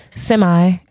semi